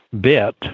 bit